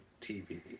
TV